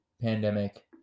pandemic